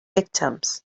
victims